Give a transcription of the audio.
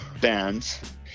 bands